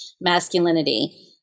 masculinity